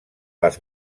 les